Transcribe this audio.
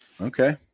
Okay